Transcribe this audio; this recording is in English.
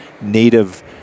native